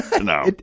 No